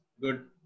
Good